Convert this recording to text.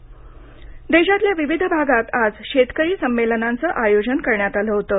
शेतकरी संमेलन देशातल्या विविध भागात आज शेतकरी संमेलनांचं आयोजन करण्यात आलं होतं